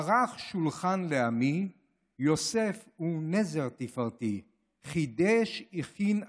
// ערך שולחן לעמי / יוסף הוא נזר תפארתי / חידש הכין הצפתי.